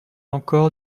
encore